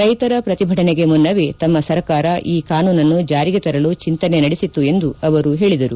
ರೈತರ ಪ್ರತಿಭಟನೆಗೆ ಮುನ್ನವೇ ತಮ್ನ ಸರ್ಕಾರ ಈ ಕಾನೂನನ್ನು ಜಾರಿಗೆ ತರಲು ಚಿಂತನೆ ನಡೆಸಿತ್ತು ಎಂದು ಅವರು ಹೇಳಿದರು